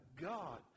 God